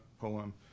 poem